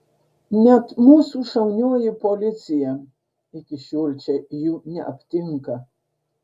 net mūsų šaunioji policija iki šiol čia jų neaptinka